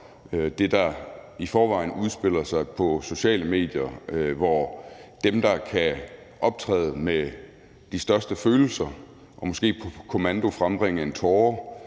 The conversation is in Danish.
det, der i forvejen udspiller sig på sociale medier, hvor dem, der kan optræde med de største følelser og måske på kommando frembringe en tåre,